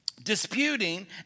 Disputing